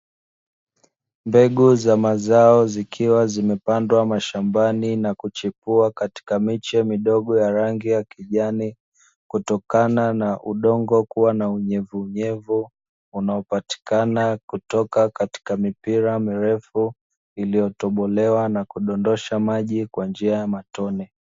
Mbegu za mazao zikiwa zimepandwa mashambani na kuchipua katika miche midogo ya rangi ya kijani, kutokana na udongo kuwa na unyevunyevu, unaopatikana kutoka katika mipira mirefu iliyotobolewa na kudondosha maji kwa njia ya matone.